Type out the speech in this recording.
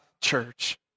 church